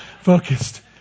focused